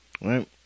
Right